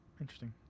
interesting